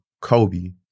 Kobe